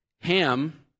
Ham